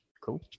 Cool